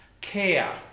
care